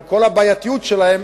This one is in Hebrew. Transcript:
עם כל הבעייתיות שלהם,